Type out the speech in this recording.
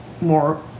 more